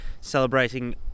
celebrating